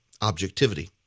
objectivity